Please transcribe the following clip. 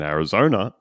Arizona